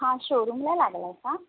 हा शोरूमला लागला आहे का